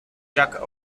jack